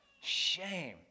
Shame